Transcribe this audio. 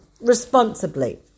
responsibly